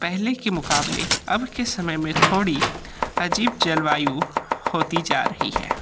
पहले के मुक़ाबले अब के समय में थोड़ी अजीब जलवायु होती जा रही है